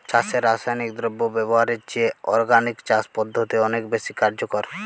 চাষে রাসায়নিক দ্রব্য ব্যবহারের চেয়ে অর্গানিক চাষ পদ্ধতি অনেক বেশি কার্যকর